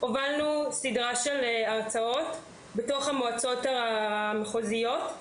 סדרת הרצאות בזום בתוך המועצות המחוזיות,